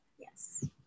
Yes